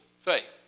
faith